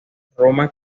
roma